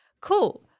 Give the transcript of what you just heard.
Cool